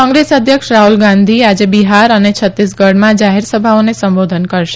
કોંગ્રેસ અધ્યક્ષ રાહુલ ગાંધી આજે બિહાર અને છત્તીસગઢમાં જાહેરસભાઓને સંબોધન કરશે